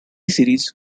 series